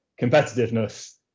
competitiveness